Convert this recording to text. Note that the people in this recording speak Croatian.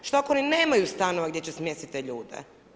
Što ako oni nemaju stanove gdje će smjestiti te ljude?